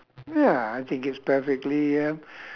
ya I think it's perfectly uh